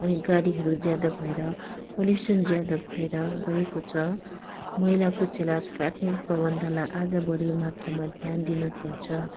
अनि गाडीहरू ज्यादा भएर पोल्युसन ज्यादा भएर गएको छ मैला कुचेला फ्याँक्ने प्रबन्धलाई अझ बढी मात्रामा ध्यान दिनु पर्छ